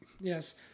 yes